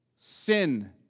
Sin